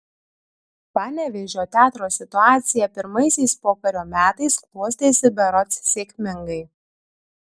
panevėžio teatro situacija pirmaisiais pokario metais klostėsi berods sėkmingai